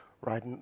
right